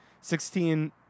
Sixteen